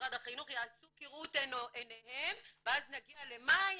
במשרד החינוך יעשו כראות עינהם ואז נגיע למאי